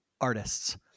Artists